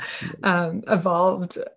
evolved